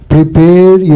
Prepare